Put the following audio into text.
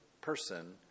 person